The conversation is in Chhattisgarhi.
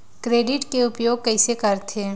क्रेडिट के उपयोग कइसे करथे?